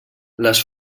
les